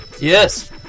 Yes